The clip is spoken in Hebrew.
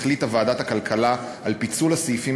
החליטה ועדת הכלכלה על פיצול הסעיפים